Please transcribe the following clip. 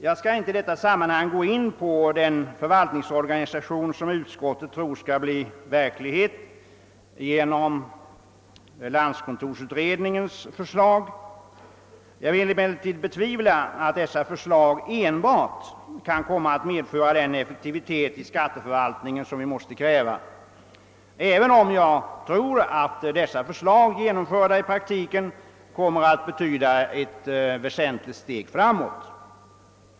Jag skall inte i detta sammanhang gå in på den förvaltningsorganisation som utskottet tror skall bli effektiv vid genomförande av landskontorsutredningens förslag. Jag betvivlar emellertid att dessa förslag enbart kan komma att medföra den effektivitet i skatteförvaltningen som vi måste kräva, även om jag tror, att dessa förslag, genomförda i praktiken, kommer att betyda ett väsentligt steg framåt.